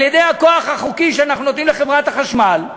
על-ידי הכוח החוקי שאנחנו נותנים לחברת החשמל,